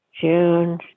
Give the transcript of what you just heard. June